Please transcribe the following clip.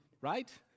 Right